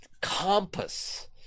compass